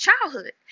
childhood